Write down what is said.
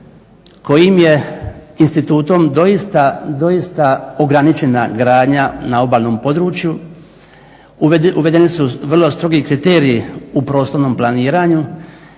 kojim je institutom doista ograničena gradnja na obalnom području. Uvedeni su vrlo strogi kriteriji u prostornom planiranju